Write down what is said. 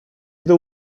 gdy